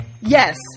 Yes